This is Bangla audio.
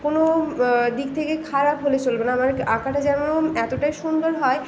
কোনো দিক থেকে খারাপ হলে চলবে না আমার কে আঁকাটা যেমন এতটাই সুন্দর হয়